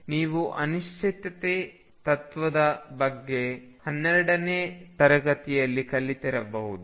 ನೀವು ಅನಿಶ್ಚಿತತೆ ತತ್ವದ ಬಗ್ಗೆ 12 ನೇ ತರಗತಿಯಲ್ಲಿ ಕಲಿತಿರಬಹುದು